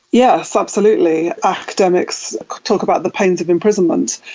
yes, absolutely. academics talk about the pains of imprisonment,